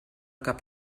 cap